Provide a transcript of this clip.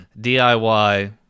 DIY